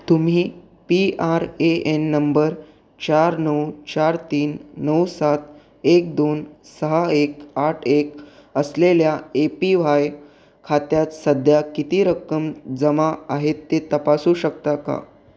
तुम्ही P R A N number चार नऊ चार तीन नऊ सात एक दोन सहा एक आठ एक असलेल्या ए पी वाय खात्यात सध्या किती रक्कम जमा आहेत ते तपासू शकता का